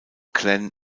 glen